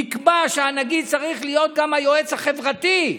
נקבע שהנגיד צריך להיות גם היועץ החברתי,